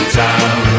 town